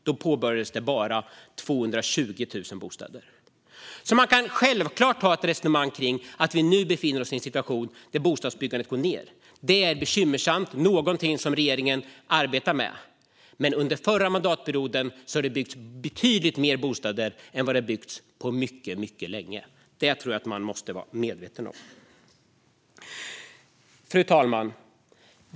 Då påbörjades bara 220 000 bostäder. Man kan självklart ha ett resonemang kring att vi nu befinner oss i en situation där bostadsbyggandet går ned. Det är bekymmersamt och någonting som regeringen arbetar med. Men under förra mandatperioden byggdes det betydligt fler bostäder än på mycket, mycket länge. Det måste man vara medveten om. Fru talman!